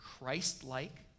Christ-like